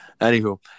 Anywho